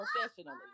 professionally